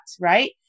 right